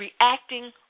reacting